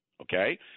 Okay